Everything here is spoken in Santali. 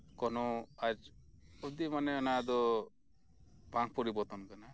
ᱠᱳᱱᱳ ᱟᱡᱽ ᱚᱵᱽᱫᱤ ᱢᱟᱱᱮ ᱚᱱᱟ ᱫᱚ ᱵᱟᱝ ᱯᱚᱨᱤᱵᱚᱨᱛᱚᱱ ᱟᱠᱟᱱᱟ